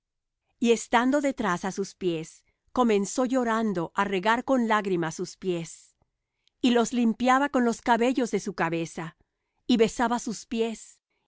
y estando detrás á sus pies comenzó llorando á regar con lágrimas sus pies y los limpiaba con los cabellos de su cabeza y besaba sus pies